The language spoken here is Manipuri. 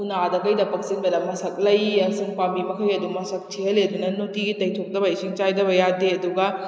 ꯎꯅꯥꯗ ꯀꯩꯗ ꯄꯛꯁꯤꯟꯕꯗ ꯃꯁꯛ ꯂꯩ ꯑꯃꯁꯨꯡ ꯄꯥꯝꯕꯤ ꯃꯈꯩ ꯑꯗꯨꯝ ꯃꯁꯛ ꯊꯤꯍꯜꯂꯤ ꯑꯗꯨꯅ ꯅꯨꯡꯇꯤꯒꯤ ꯇꯩꯊꯣꯛꯇꯕ ꯏꯁꯤꯡ ꯆꯥꯏꯗꯕ ꯌꯥꯗꯦ ꯑꯗꯨꯒ